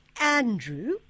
Andrew